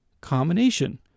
combination